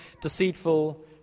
deceitful